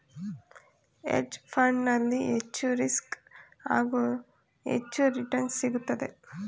hedge fund ನಲ್ಲಿ ಹೆಚ್ಚು risk, ಹಾಗೂ ಹೆಚ್ಚು ರಿಟರ್ನ್ಸ್ ಸಿಗುತ್ತದೆ